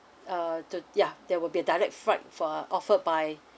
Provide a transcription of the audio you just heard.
err to ya there will be a direct flight for offered by